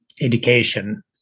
education